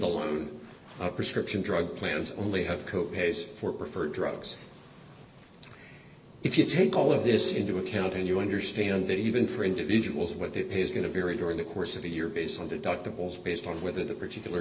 standalone prescription drug plans only have co pays for preferred drugs if you take all of this into account and you understand that even for individuals what they pay is going to vary during the course of a year based on deductibles based on whether that particular